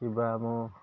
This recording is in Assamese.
কিবা মোৰ